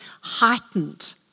heightened